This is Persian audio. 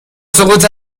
سقوط